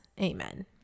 Amen